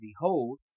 Behold